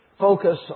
focus